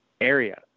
area